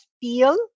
feel